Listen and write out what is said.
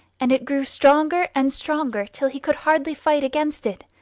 and it grew stronger and stronger till he could hardly fight against it.